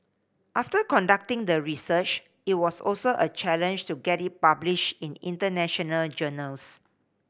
after conducting the research it was also a challenge to get it published in international journals